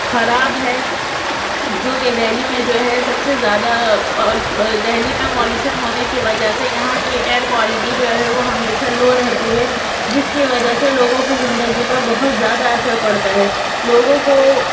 خراب ہے کیونکہ دہلی میں جو ہے سب سے زیادہ دہلی میں پولوشن ہونے کی وجہ سے یہاں کی ایئر کوالٹی جو ہے ہمیشہ لو رہتی ہے جس کی وجہ سے لوگوں کی زندگی پر بہت زیادہ اثر پڑتا ہے لوگوں کو